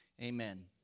amen